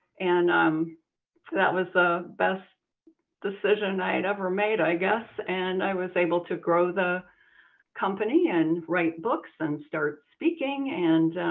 and um that was the best decision i had ever made, i guess. and i was able to grow the company and write books and start speaking.